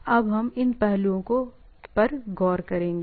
अब हम इन पहलुओं पर गौर करेंगे